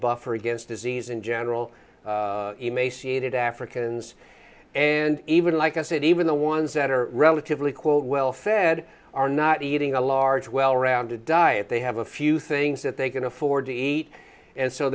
buffer against disease in general emaciated africans and even like i said even the ones that are relatively quote well fed are not eating a large well rounded diet they have a few things that they can afford to eat and so